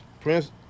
Prince